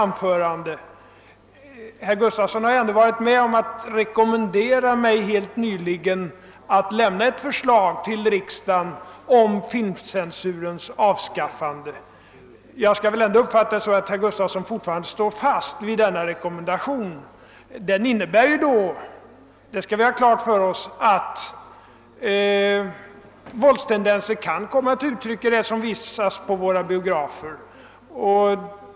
Herr Gustavsson har helt nyligen varit med om att rekommendera mig att lämna riksdagen ett förslag om filmcensurens avskaffande. Det innebär att våldstendenserna kan komma till ännu starkare uttryck på våra biografer.